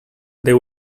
they